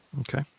Okay